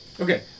Okay